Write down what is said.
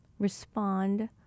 respond